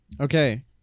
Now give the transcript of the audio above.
Okay